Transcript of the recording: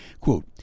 Quote